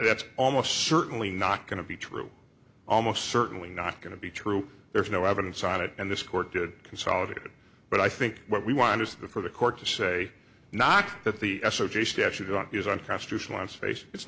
that's almost certainly not going to be true almost certainly not going to be true there is no evidence on it and this court did consolidated but i think what we want is the for the court to say not that the s o g a statute out is unconstitutional